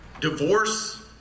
divorce